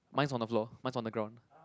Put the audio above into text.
mine's on the floor mine's on the ground